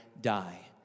die